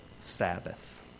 Sabbath